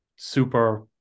super